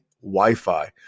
Wi-Fi